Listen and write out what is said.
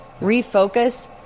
refocus